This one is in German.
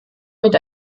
mit